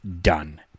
done